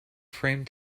framed